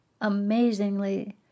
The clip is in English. amazingly